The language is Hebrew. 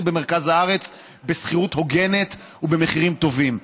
במרכז הארץ בשכירות הוגנת ובמחירים טובים.